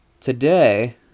Today